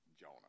Jonah